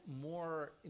more